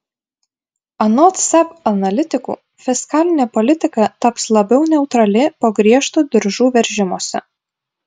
anot seb analitikų fiskalinė politika taps labiau neutrali po griežto diržų veržimosi